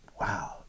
Wow